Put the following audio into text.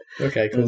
Okay